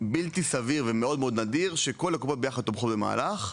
בלתי סביר ומאוד מאוד נדיר שכל הקופות ביחד תומכות במהלך,